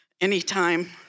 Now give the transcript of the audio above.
Anytime